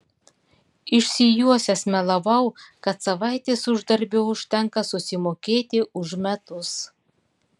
išsijuosęs melavau kad savaitės uždarbio užtenka susimokėti už metus